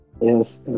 yes